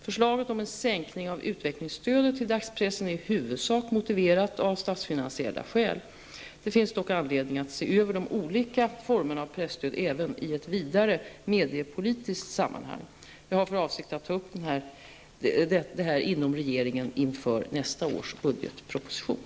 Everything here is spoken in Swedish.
Förslaget om en sänkning av utvecklingsstödet till dagspressen är i huvudsak motiverat av statsfinansiella skäl. Det finns dock anledning att se över de olika formerna av presstöd även i ett vidare, mediepolitiskt, sammanhang. Jag har för avsikt att ta upp detta inom regeringen inför nästa års budgetproposition.